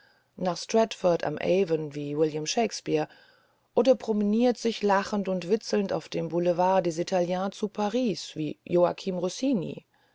nach stratford am avon wie william shakespeare oder promeniert sich lachend und witzelnd auf dem boulevard des italiens zu paris wie joachim rossini